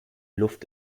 luft